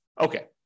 Okay